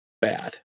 bad